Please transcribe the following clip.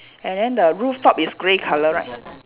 and then the rooftop is grey colour right